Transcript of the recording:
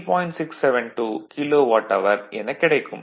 672 kilowatt அவர் எனக் கிடைக்கும்